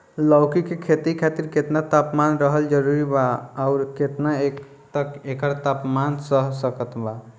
लौकी के खेती खातिर केतना तापमान रहल जरूरी बा आउर केतना तक एकर तापमान सह सकत बा?